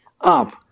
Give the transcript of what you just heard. up